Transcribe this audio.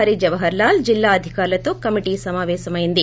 హరి జవహర్ లాల్ జిల్లా అధికారులతో కమిటీ సమాపేశమైంది